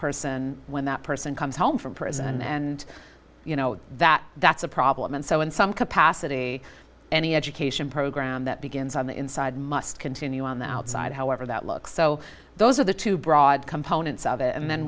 person when that person comes home from prison and you know that that's a problem and so in some capacity any education program that begins on the inside must continue on the outside however that look so those are the two broad components of it and then